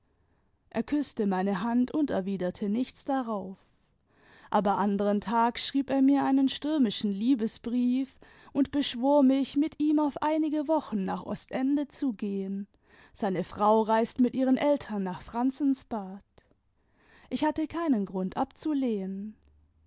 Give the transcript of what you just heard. er küßte meine hand und erwiderte nichts darauf aber anderen tags schrieb er mir einen stürmiscnen liebesbrief und beschwor mich mit ihm auf einiwe wochen nach ostende zu gehen seine frau reist lijit ihren eltern nach franzensbad ich hatte keinen grurtd abzulehnen